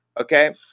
okay